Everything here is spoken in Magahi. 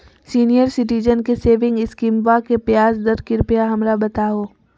सीनियर सिटीजन के सेविंग स्कीमवा के ब्याज दर कृपया हमरा बताहो